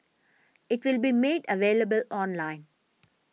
it will be made available online